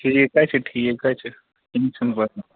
ٹھیٖک حظ چھُ ٹھیٖک حظ چھُ کیٚنٛہہ چھُنہٕ پرواے